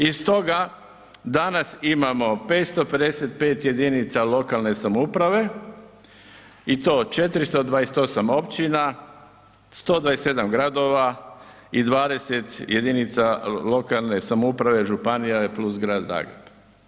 I stoga danas imamo 555 jedinica lokalne samouprave i to 428 općina, 127 gradova i 20 jedinica lokalne samouprave, županija plus Grad Zagreb.